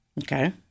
Okay